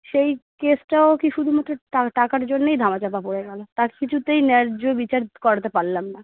সেই কেসটাও কি শুধুমাত্র টাকার জন্যেই ধামাচাপা পড়ে গেল তার কিছুতেই ন্যায্য বিচার করাতে পারলাম না